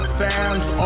fans